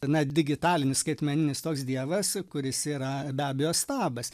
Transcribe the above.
na digitalinis skaitmeninis toks dievas kuris yra be abejo stabas